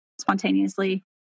spontaneously